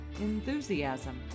enthusiasm